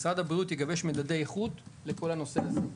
משרד הבריאות יגבש מדדי איכות לכל הנושא הזה.